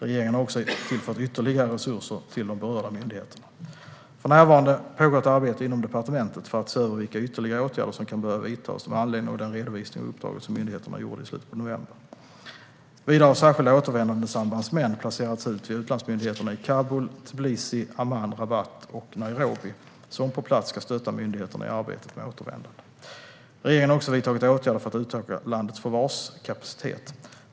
Regeringen har också tillfört ytterligare resurser till de berörda myndigheterna. För närvarande pågår ett arbete inom departementet för att se över vilka ytterligare åtgärder som kan behöva vidtas med anledning av den redovisning av uppdraget som myndigheterna gjorde i slutet av november. Vidare har särskilda återvändandesambandsmän placerats ut vid utlandsmyndigheterna i Kabul, Tbilisi, Amman, Rabat och Nairobi som på plats ska stötta myndigheterna i arbetet med återvändande. Regeringen har också vidtagit åtgärder för att utöka landets förvarskapacitet.